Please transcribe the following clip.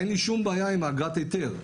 אין לי שום בעיה עם אגרת ההיתר,